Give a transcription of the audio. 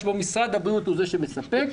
שבו משרד הבריאות הוא שמספק,